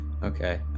Okay